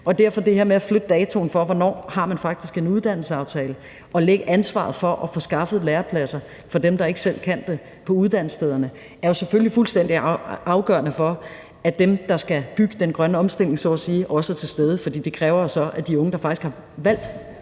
Derfor er det her med at flytte datoen for, hvornår man faktisk har en uddannelsesaftale, og at lægge ansvaret for at få skaffet lærepladser til dem, der ikke selv kan det, på uddannelsesstederne, jo selvfølgelig fuldstændig afgørende for, at dem, der så at sige skal bygge den grønne omstilling, også er til stede, for det kræver så, at de unge, der faktisk har valgt